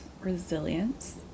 Resilience